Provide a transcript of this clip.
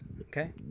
okay